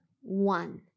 one